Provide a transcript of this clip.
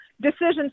decisions